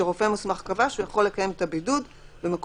שרופא מוסמך קבע שהוא יכול לקיים את הבידוד במקום